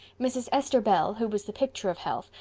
mrs. esther bell, who was the picture of health,